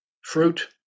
fruit